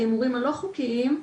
ההימורים הלא חוקיים,